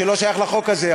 שלא שייך לחוק הזה,